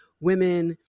women